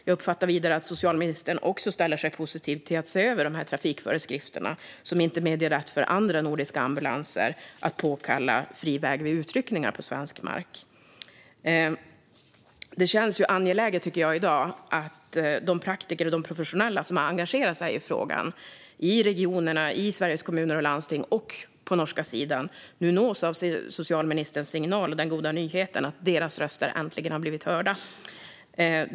Jag uppfattar vidare att socialministern också ställer sig positiv till att se över trafikföreskrifterna, som inte medger rätt för andra nordiska ambulanser att påkalla fri väg vid uttryckningar på svensk mark. Det känns i dag angeläget att de praktiker och de professionella som har engagerat sig i frågan i regionerna, i Sveriges Kommuner och Landsting och på den norska sidan nu nås av socialministerns signal, och den goda nyheten, att deras röster äntligen har blivit hörda.